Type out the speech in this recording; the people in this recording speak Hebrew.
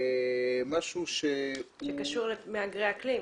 משהו שקשור למהגרי אקלים?